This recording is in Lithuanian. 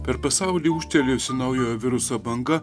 per pasaulį ūžtelėjusi naujojo viruso banga